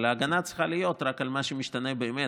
אבל ההגנה צריכה להיות רק על מה שמשתנה באמת.